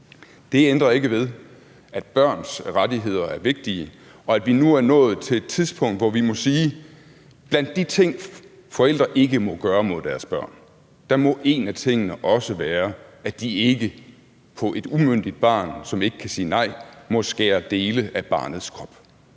Det ændrer ikke ved, at børns rettigheder er vigtige, og at vi nu er nået til et tidspunkt, hvor vi må sige, at blandt de ting, forældre ikke må gøre mod deres børn, må en af tingene også være, at de ikke på et umyndigt barn, som ikke kan sige nej, må skære dele af barnets krop.